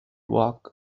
walk